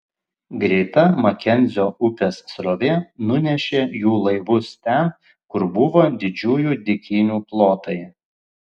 greita makenzio upės srovė nunešė jų laivus ten kur buvo didžiųjų dykynių plotai